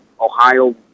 Ohio